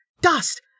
Dust